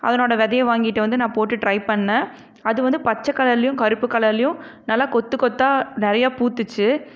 அதனோட விதைய வாங்கிகிட்டு வந்து நான் போட்டு ட்ரை பண்ணேன் அது வந்து பச்சை கலர்லையும் கருப்பு கலர்லையும் நல்லா கொத்து கொத்தாக நிறையா பூத்துச்சு